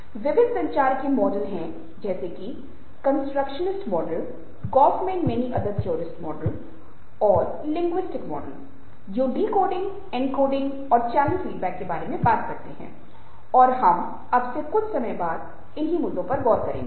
विभिन्न संचार के मॉडल है कन्स्ट्रक्शनिस्ट गोफमैन और कई दूसरे सिद्धांतवादी जिनमें लिंगिसत्स शामिल हैं जो डिकोडिंग एन्कोडिंग चैनल फीडबैक के बारे में बात करते हैं और हम अब से कुछ समय बाद इनमें से कुछ मुद्दों पर गौर करेंगे